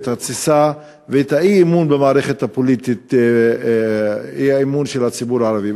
את התסיסה ואת האי-אמון במערכת הפוליטית בציבור הערבי.